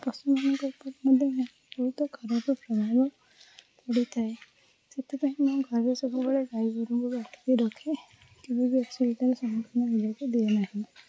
ପଶୁ ମାନଙ୍କ ଉପରେ ମଧ୍ୟ ବହୁତ ଖରାପ ପ୍ରଭାବ ପଡ଼ିଥାଏ ସେଥିପାଇଁ ମୁଁ ଘରେ ସବୁବେଳେ ଗାଈଗୋରୁଙ୍କୁ ବାନ୍ଧିକି ରଖେ କେବେ ବି ଅସୁବିଧାର ସମ୍ମୁଖୀନ ହେବାକୁ ଦିଏ ନାହିଁ